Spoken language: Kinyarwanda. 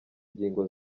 ngingo